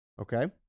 okay